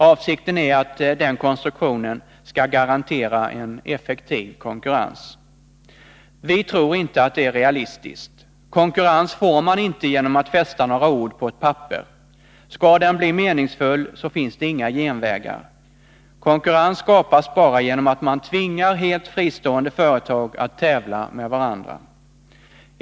Avsikten är att den konstruktionen skall garantera en effektiv konkurrens. Vi tror inte att det är realistiskt. Konkurrens får man inte genom att fästa några ord på ett papper. Skall den bli meningsfull finns det inga genvägar. Konkurrens skapas bara genom att man tvingar helt fristående företag att tävla med varandra.